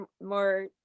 more